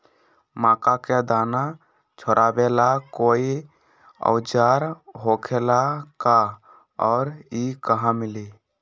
मक्का के दाना छोराबेला कोई औजार होखेला का और इ कहा मिली?